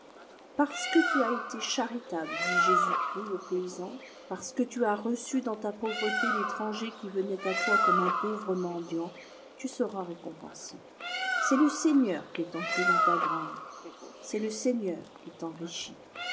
parce que tu as été charitable dit jésus-christ aux paysans parce que tu as reçu dans ta pauvreté l'étranger qui venait à toi comme un pauvre mendiant tu seras récompensé c'est le seigneur qui est entré dans ta grange c'est le seigneur qui t'enricliit